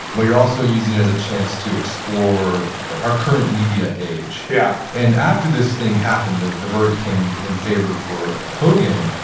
but you're also using it as a chance to explore our current media age. yeah and after this thing happened of the verdict came in favor for hogan,